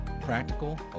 practical